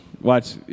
Watch